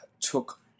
took –